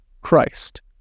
Christ